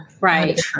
Right